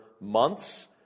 months